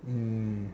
mm